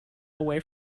away